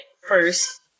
first